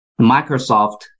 Microsoft